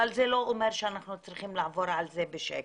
אבל זה לא אומר שאנחנו צריכים לעבור על זה בשקט.